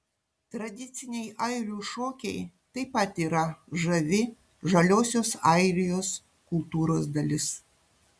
tradiciniai airių šokiai taip pat yra žavi žaliosios airijos kultūros dalis